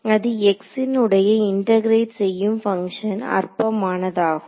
அது x ன் உடைய இன்டேகரேட் செய்யும் பங்க்ஷன் அற்பமானதாகும்